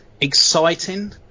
exciting